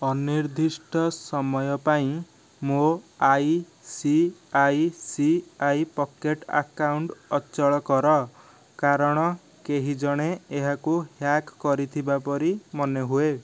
ଅନିର୍ଦ୍ଦିଷ୍ଟ ସମୟ ପାଇଁ ମୋ' ଆଇସିଆଇସିଆଇ ପକେଟ୍ ଆକାଉଣ୍ଟ ଅଚଳ କର କାରଣ କେହିଜଣେ ଏହାକୁ ହ୍ୟାକ୍ କରିଥିବା ପରି ମନେହୁଏ